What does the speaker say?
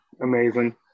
Amazing